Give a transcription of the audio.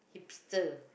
hipster